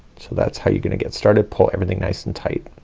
so that's how you're gonna get started. pull everything nice and tight.